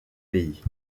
pays